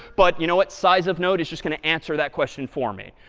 but, you know what, size of node is just going to answer that question for me.